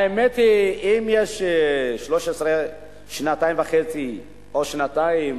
האמת היא, אם יש שנתיים וחצי או שנתיים